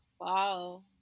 Wow